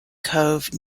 cove